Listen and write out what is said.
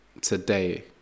today